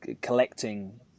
collecting